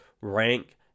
rank